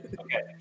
Okay